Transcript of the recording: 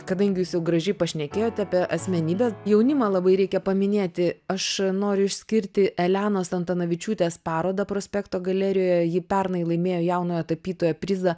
kadangi jūs jau gražiai pašnekėjote apie asmenybę jaunimą labai reikia paminėti aš noriu išskirti elenos antanavičiūtės parodą prospekto galerijoje ji pernai laimėjo jaunojo tapytojo prizą